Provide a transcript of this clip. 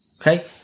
Okay